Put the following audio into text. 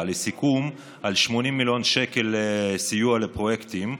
לסיכום על 80 מיליון שקל סיוע לפרויקטים.